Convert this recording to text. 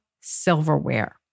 silverware